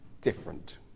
different